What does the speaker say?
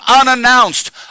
unannounced